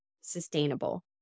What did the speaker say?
sustainable